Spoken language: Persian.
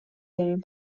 داریم